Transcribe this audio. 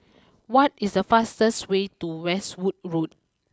what is the fastest way to Westwood Road